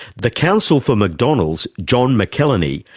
the counsel for mcdonald's, john mcelhinney,